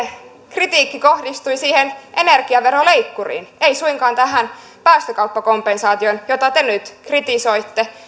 kritiikki kohdistui siihen energiaveroleikkuriin ei suinkaan tähän päästökauppakompensaatioon jota te nyt kritisoitte